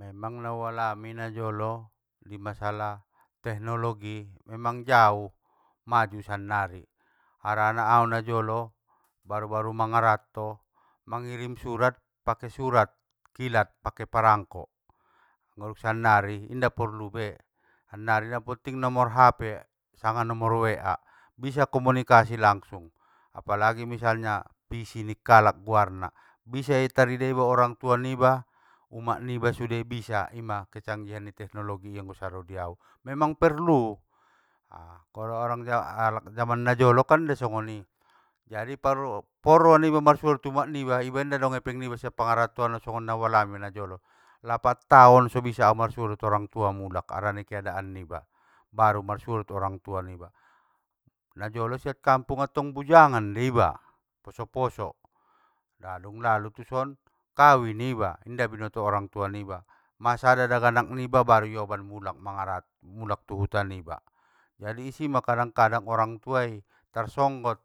Memang naualami najolo, i masalah tehnologi memang jauh, maju sannari, harana au najolo, baru baru mangaratto, mangirim surat pake surat kilat, pake perangko, anggo dung sannari inda porlu be, sannari na potting nomor hape sanga nomor we a, bisa komunikasi langsung, apalagi misalna vi ci nikkalak guarna bisa nida iba orang tua niba umak niba sude bisa ima!, kecanggihan tehnologi i anggo saro diau, memang perlu! A klo ora- alak jaman najolo kan inda songoni, jadi par- por roa niba marsuo dot umak niba iba inda dong epeng niba sian pangarattoan on songon nau alami najolo, lapan taon! So bisa au pasuo dot orang tua mulak, harani keadaan niba, baru marsuo dot orang tua niba, najolo sian kampung tong bujangan do iba, poso poso. Nadong lalu tuson, kawin iba, inda binoto orang tua niba, ma sada daganak niba, baru ioban mulak mangaratt- mulak tu huta niba, jadi isima kadang kadang orang tuai, tarsonggot,